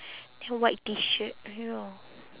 then white T shirt ya